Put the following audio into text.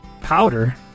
Powder